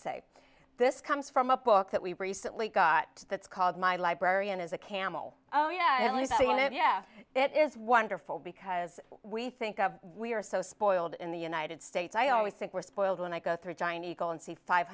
say this comes from a book that we recently got that's called my librarian is a camel oh yeah at least seen it yeah it is wonderful because we think of we are so spoiled in the united states i always think we're spoiled when i go through giant eagle and see five